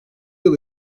yıl